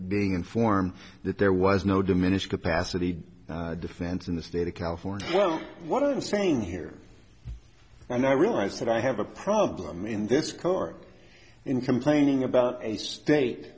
being informed that there was no diminished capacity defense in the state of california well what i'm saying here and i realize that i have a problem in this car in complaining about a state